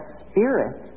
spirit